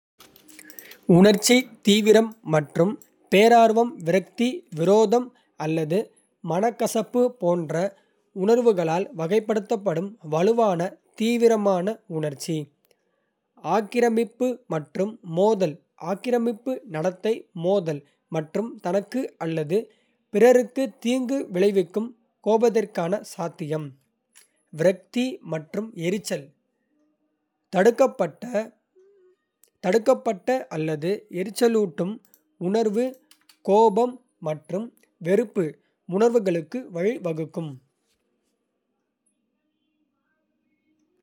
உணர்ச்சி தீவிரம் மற்றும் பேரார்வம்: விரக்தி, விரோதம் அல்லது மனக்கசப்பு போன்ற உணர்வுகளால் வகைப்படுத்தப்படும் வலுவான, தீவிரமான உணர்ச்சி. ஆக்கிரமிப்பு மற்றும் மோதல் ஆக்கிரமிப்பு நடத்தை, மோதல் மற்றும் தனக்கு அல்லது பிறருக்கு தீங்கு விளைவிக்கும் கோபத்திற்கான சாத்தியம். விரக்தி மற்றும் எரிச்சல்: தடுக்கப்பட்ட, தடுக்கப்பட்ட அல்லது எரிச்சலூட்டும் உணர்வு, கோபம் மற்றும் வெறுப்பு உணர்வுகளுக்கு வழிவகுக்கும்.